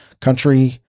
country